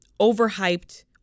overhyped